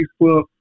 Facebook